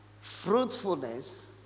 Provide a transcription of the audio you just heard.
fruitfulness